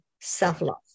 self-love